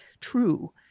true